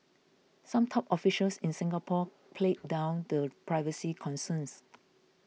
some top officials in Singapore played down the privacy concerns